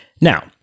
Now